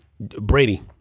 Brady